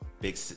Big